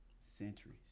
centuries